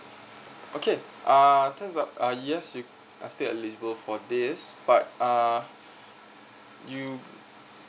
okay uh turns up ah yes you are still eligible for this but uh you